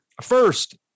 First